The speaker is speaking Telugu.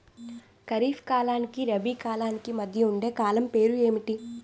ఖరిఫ్ కాలానికి రబీ కాలానికి మధ్య ఉండే కాలం పేరు ఏమిటి?